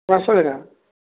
நான் சொல்லிடுறேன்